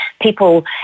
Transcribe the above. people